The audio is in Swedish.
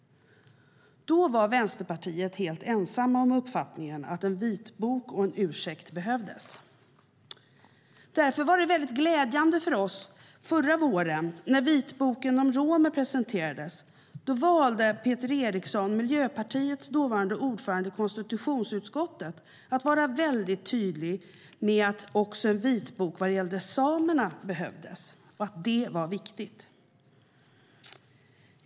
Då var Vänsterpartiet helt ensamt om uppfattningen att en vitbok och en ursäkt behövdes. Därför var det mycket glädjande för oss förra våren när vitboken om romer presenterades. Då valde Peter Eriksson, miljöpartist och dåvarande ordförande i konstitutionsutskottet, att vara väldigt tydlig med att också en vitbok vad gällde samerna behövdes, att det var viktigt.